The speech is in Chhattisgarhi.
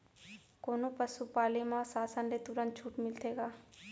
कोनो पसु पाले म शासन ले तुरंत छूट मिलथे का?